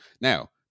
Now